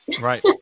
Right